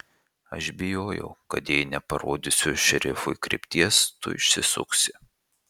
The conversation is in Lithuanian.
aš bijojau kad jei neparodysiu šerifui krypties tu išsisuksi